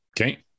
Okay